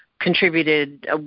contributed